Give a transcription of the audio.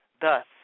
Thus